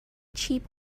cheap